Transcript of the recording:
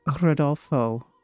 Rodolfo